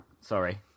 Sorry